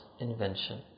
invention